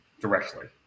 directly